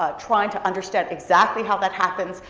ah trying to understand exactly how that happens.